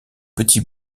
petit